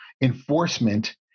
enforcement